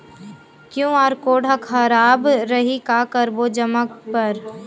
QR code हा खराब रही का करबो जमा बर?